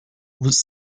was